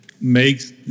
makes